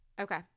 Okay